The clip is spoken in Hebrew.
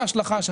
שכל המחויבות של